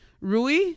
Rui